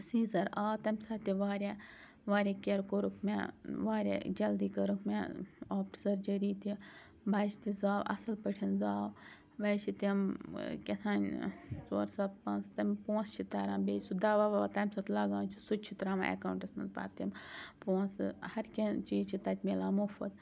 سیٖزَر آو تَمہِ ساتہٕ تہِ واریاہ واریاہ کَِر کوٚرُکھ مےٚ واریاہ جلدی کٔرٕکھ مےٚ آ سٔرجٔری تہِ بَچہِ تہِ زاو اَصٕل پٲٹھۍ زاو بیٚیہِ چھِ تِم کیٛاہ تھانۍ ژور ساس پانٛژھ ساس تِم پونٛسہٕ چھِ تَران بیٚیہِ سُہ دَوا وَوا تَمہِ سۭتہٕ لَگان چھُ سُہ تہِ چھُ تراوان ایٚکاونٛٹَس منٛز پَتہٕ تِم پونٛسہٕ ہر کینٛہہ چیٖز چھِ تَتہِ ملان مُفُت